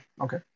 Okay